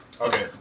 Okay